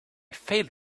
failed